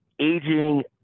aging